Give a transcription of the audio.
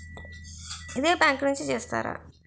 ఇదే బ్యాంక్ నుంచి చేస్తారా?